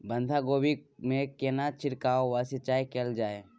बंधागोभी कोबी मे केना छिरकाव व सिंचाई कैल जाय छै?